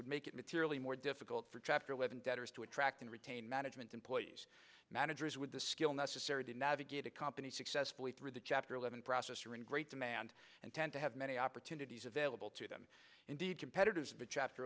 modifications make it materially more difficult for chapter eleven debtors to attract and retain management employees managers with the skill necessary to navigate a company successfully through the chapter eleven process are in great demand and tend to have many opportunities available to them indeed competitors of a chapter